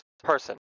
person